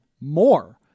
more